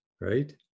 right